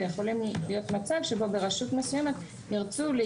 ויכול להיות מצב שבו ברשות מסוימת תעסוקה